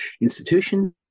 Institutions